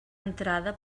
entrada